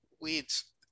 weeds